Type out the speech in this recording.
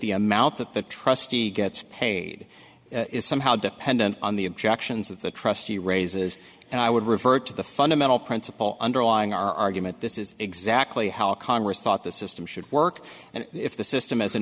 the amount that the trustee gets paid is somehow dependent on the objections of the trustee raises and i would refer to the fundamental principle underlying argument this is exactly how congress thought this system should work and if the system as an